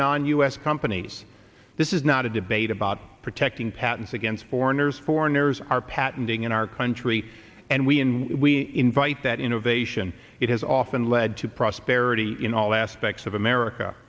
non u s companies this is not a debate about protecting patents against foreigners foreigners are patenting in our country and we in we invite that innovation it has often led to prosperity in all aspects of america